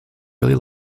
really